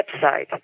website